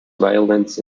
violence